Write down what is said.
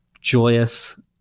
joyous-